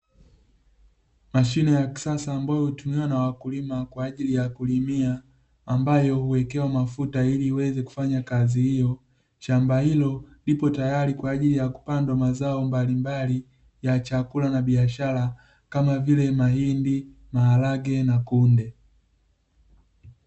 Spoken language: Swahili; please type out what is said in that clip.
Mashine ya kisasa ambayo hutumiwa na wakulima kwa ajili ya kulimia, ambayo huwekewa mafuta ili iweze kufanya kazi hiyo. Shamba hilo lipo tayari kwa ajili ya kupandwa mazao mbalimbali ya chakula na biashara, kama vile: mahindi, maharage na kunde.